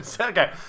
Okay